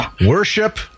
Worship